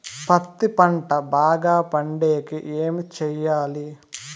పత్తి పంట బాగా పండే కి ఏమి చెయ్యాలి?